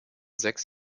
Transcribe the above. sechs